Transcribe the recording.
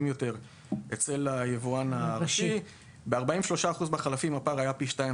יותר אצל היבואן הראשי; ב-43% מהחלפים הפער היה פני שניים